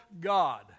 God